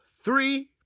three